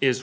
is